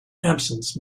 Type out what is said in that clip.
absence